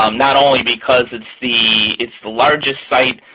um not only because it's the it's the largest site,